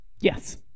Yes